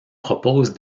propose